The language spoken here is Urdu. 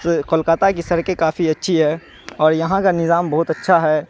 کولکاتہ کی سڑکیں کافی اچھی ہے اور یہاں کا نظام بہت اچھا ہے